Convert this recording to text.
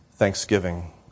thanksgiving